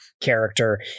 character